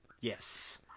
yes